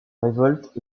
révolte